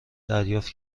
دریافت